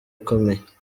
ikomeye